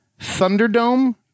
Thunderdome